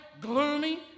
gloomy